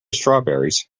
strawberries